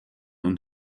und